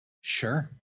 Sure